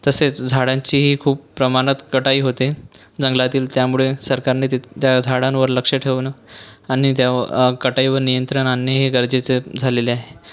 तसेच झाडांचीही खूप प्रमाणात कटाई होते जंगलातील त्यामुळे सरकारने ते त्या झाडांवर लक्ष ठेवणं आणि त्या कटाईवर नियंत्रण आणणे हे गरजेचे झालेले आहे